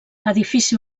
edifici